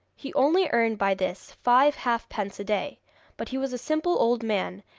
he only earned by this five halfpence a day but he was a simple old man,